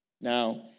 Now